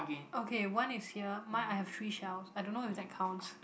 okay one is here mine I have three shells I don't know if that counts